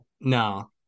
no